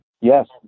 Yes